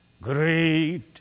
great